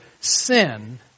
sin